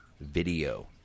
video